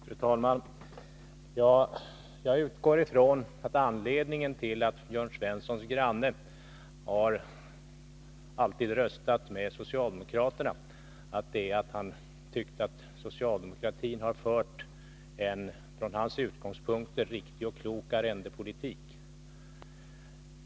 Fru talman! Jag utgår från att anledningen till att Jörn Svenssons granne alltid har röstat med socialdemokraterna är att han tyckt att socialdemokratin fört en från hans synpunkt sett riktig och klok arrendepolitik.